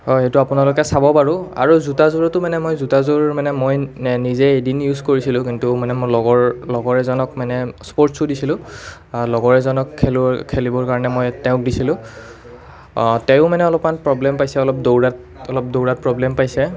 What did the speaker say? হয় সেইটো আপোনালোকে চাব বাৰু আৰু জোতাযোৰতো মানে মই জোতাযোৰ মানে মই নিজেই এদিন ইউজ কৰিছিলোঁ কিন্তু মানে মোৰ লগৰ লগৰ এজনক মানে স্পৰ্ট্ছ শ্ৱু দিছিলোঁ লগৰ এজনক খেলুৱৈ খেলিবৰ কাৰণে মই তেওঁক দিছিলোঁ তেৱোঁ মানে অলপমান প্ৰব্লেম পাইছে অলপ দৌৰাত অলপ দৌৰাত প্ৰব্লেম পাইছে